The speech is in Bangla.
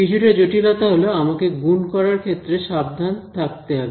কিছুটা জটিলতা হলো আমাকে গুণ করার ক্ষেত্রে সাবধান থাকতে হবে